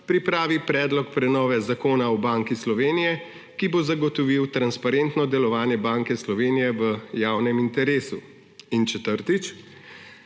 pripravi predlog prenove Zakona o Banki Slovenije, ki bo zagotovil transparentno delovanje Banke Slovenije v javnem interesu. In četrtič,